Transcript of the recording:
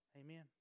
Amen